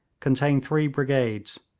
contained three brigades,